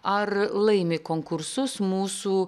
ar laimi konkursus mūsų